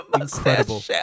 incredible